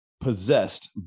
possessed